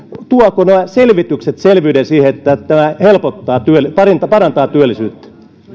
tuovatko nämä selvitykset selvyyden siihen että tämä parantaa työllisyyttä